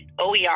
OER